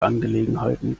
angelegenheiten